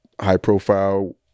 high-profile